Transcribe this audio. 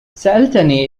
سألتني